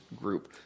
group